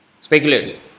speculate